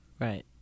Right